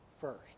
first